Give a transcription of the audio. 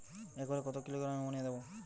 একরে কত kilogram ammonia দেবো?